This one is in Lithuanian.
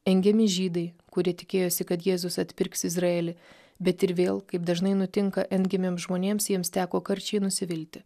engiami žydai kurie tikėjosi kad jėzus atpirks izraelį bet ir vėl kaip dažnai nutinka engiamiems žmonėms jiems teko karčiai nusivilti